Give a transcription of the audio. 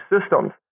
systems